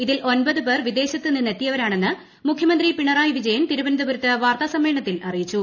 ഇതിൽ ഒൻപത് പേർ വിദേശത്ത് നിന്നെത്തിയവരാണെന്ന് മുഖ്യമന്ത്രി പിണറായി വിജയന്റു തിരുവനന്തപുരത്ത് വാർത്താസമ്മേളനത്തിൽ അറിയിച്ചു